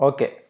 Okay